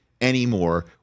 anymore